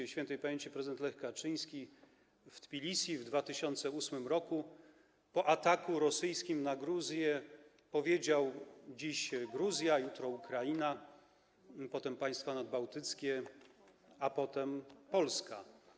Śp. prezydent Lech Kaczyński w Tbilisi w 2008 r. po ataku rosyjskim na Gruzję powiedział: Dziś Gruzja, jutro Ukraina, potem państwa nadbałtyckie, a potem Polska.